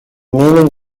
meaning